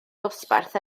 dosbarth